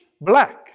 black